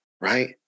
right